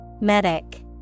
Medic